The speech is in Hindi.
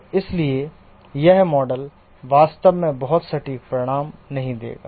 और इसलिए यह मॉडल वास्तव में बहुत सटीक परिणाम नहीं देगा